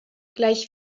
gleich